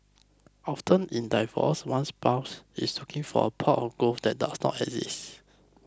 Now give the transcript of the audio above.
often in a divorce one spouse is looking for a pot of gold that doesn't exist